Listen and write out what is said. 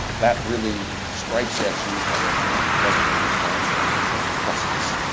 that really strikes at you. and you say not presently responsible. they can't trust us.